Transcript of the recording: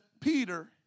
Peter